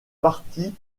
partie